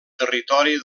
territori